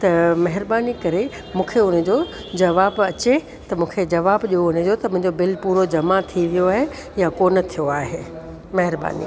त महिरबानी करे मूंखे उन जो जवाब अचे त मूंखे जवाब ॾियो उन जो त मुंहिंजो बिल पूरो जमा थी वियो आहे या कोन थियो आहे महिरबानी